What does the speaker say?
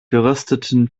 gerösteten